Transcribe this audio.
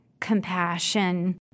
compassion